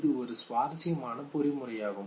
இது ஒரு சுவாரஸ்யமான பொறிமுறையாகும்